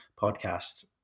podcast